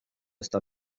esta